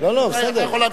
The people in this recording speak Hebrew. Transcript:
אתה יכול להמשיך.